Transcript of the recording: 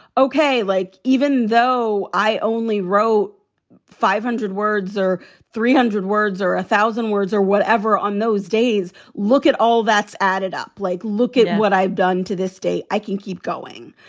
ok. like, even though i. only row five hundred words or three hundred words or a thousand words or whatever on those days. look at all that's added up like. look at what i've done to this day. i can keep going.